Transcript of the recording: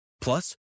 Plus